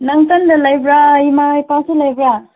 ꯅꯪ ꯅꯊꯟꯗ ꯂꯩꯕ꯭ꯔꯥ ꯏꯃꯥ ꯏꯄꯁꯨ ꯂꯩꯕ꯭ꯔꯥ